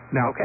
Now